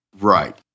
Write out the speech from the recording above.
Right